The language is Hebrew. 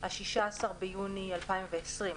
16 ביוני 2020.,